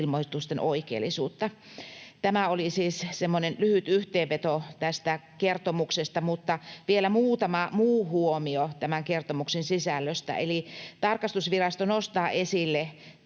ilmoitusten oikeellisuutta.” Tämä oli siis semmoinen lyhyt yhteenveto tästä kertomuksesta, mutta vielä muutama muu huomio tämän kertomuksen sisällöstä. Tarkastusvirasto nostaa esille